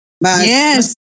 Yes